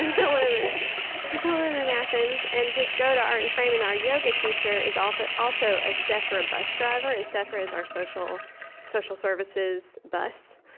to live in ah so live in athens and just go to art and frame. and our yoga teacher is also a ah sethra bus driver, and sethra is our social social services bus,